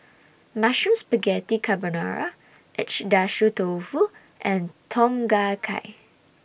Mushroom Spaghetti Carbonara Agedashi Dofu and Tom Kha Gai